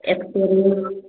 x-ray